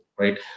Right